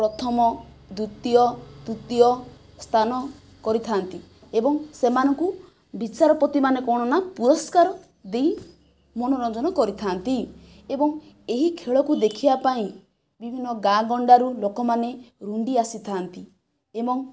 ପ୍ରଥମ ଦ୍ଵିତୀୟ ତୃତୀୟ ସ୍ଥାନ କରିଥାନ୍ତି ଏବଂ ସେମାନଙ୍କୁ ବିଚାରପତିମାନେ କ'ଣ ନା ପୁରସ୍କାର ଦେଇ ମନୋରଞ୍ଜନ କରିଥାନ୍ତି ଏବଂ ଏହି ଖେଳକୁ ଦେଖିବା ପାଇଁ ବିଭନ୍ନ ଗାଁ ଗଣ୍ଡାରୁ ଲୋକମାନେ ରୁଣ୍ଡି ଆସିଥାନ୍ତି ଏବଂ